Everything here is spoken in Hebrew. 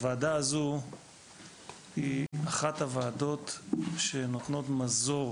הוועדה הזו היא אחת הוועדות שנותנות מזור,